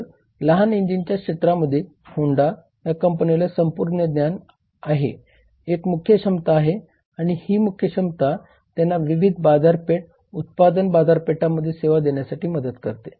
तर लहान इंजिनांच्या क्षेत्रामध्ये होंडा या कंपनीला संपूर्ण ज्ञान आहे हे एक मुख्य क्षमता आहे आणि हे मुख्य क्षमता त्यांना विविध बाजारपेठ उत्पादन बाजारपेठांमध्ये सेवा देण्यासाठी मदत करते